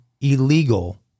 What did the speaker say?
illegal